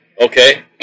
Okay